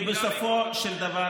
כי בסופו של דבר,